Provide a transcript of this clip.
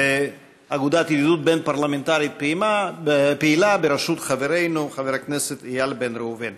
אגודת ידידות בין-פרלמנטרית פעילה בראשות חברנו חבר הכנסת איל בן ראובן.